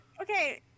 Okay